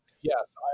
Yes